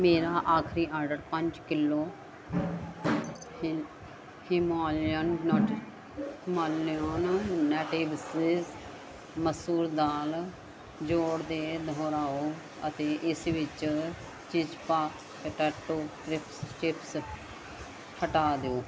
ਮੇਰਾ ਆਖਰੀ ਆਰਡਰ ਪੰਜ ਕਿੱਲੋ ਹਿਮਾਲਯਨ ਨੇਟਿ ਹਿਮਾਲਯਨ ਨੇਟਿਵਸ ਮਸੂਰ ਦਾਲ ਜੋੜ ਕੇ ਦੁਹਰਾਓ ਅਤੇ ਇਸ ਵਿੱਚ ਚਿਜ਼ਪਾ ਪੋਟੈਟੋ ਕ੍ਰਿਸਪਸ ਚਿਪਸ ਹਟਾ ਦੋ